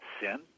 sin